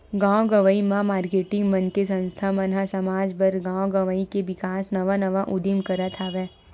गाँव गंवई म मारकेटिंग मन के संस्था मन ह समाज बर, गाँव गवई के बिकास नवा नवा उदीम करत हवय